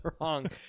wrong